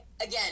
Again